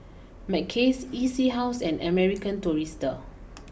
Mackays E C house and American Tourister